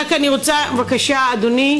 מספר השאילתה הדחופה שלו הוא 316,